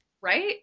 Right